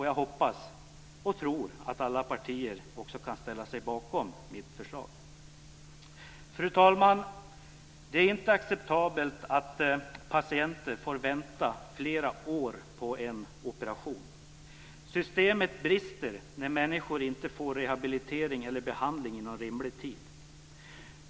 Jag hoppas, och tror, att alla partier kan ställa sig bakom mitt förslag. Fru talman! Det är inte acceptabelt att patienter får vänta flera år på en operation. Systemet brister när människor inte får rehabilitering eller behandling inom rimlig tid.